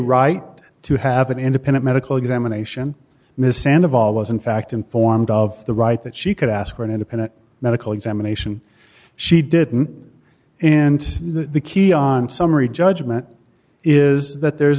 right to happen independent medical examination miss and of all was in fact informed of the right that she could ask for an independent medical examination she didn't and the key on summary judgment is that there is